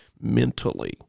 mentally